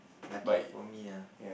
lucky for me ah